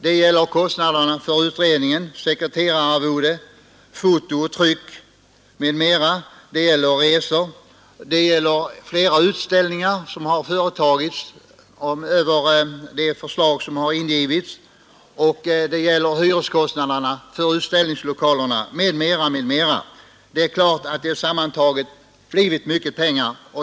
Det gäller kostnader för utredningen, sekreterararvode, foto och tryck m.m., resor, flera utställningar som företagits av de förslag som ingivits och hyreslokalerna m.m. Det är klart att detta sammantaget blivit mycket pengar.